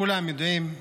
כולם יודעים,